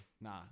Nah